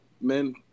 Men